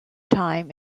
time